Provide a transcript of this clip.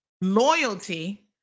loyalty